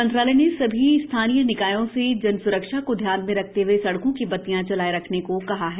मंत्रालय ने सभी स्थानीय निकायों से जन स्रक्षा को ध्यान में रखते हए सड़कों की बत्तियां जलाए रखने को कहा है